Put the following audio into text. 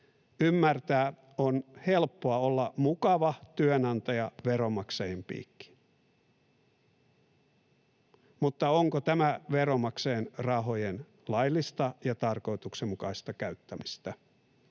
ymmärtää: on helppoa olla mukava työnantaja veronmaksajien piikkiin. Mutta onko tämä veronmaksajien rahojen laillista ja tarkoituksenmukaista käyttämistä?